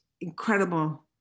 incredible